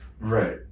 Right